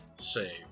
save